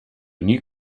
new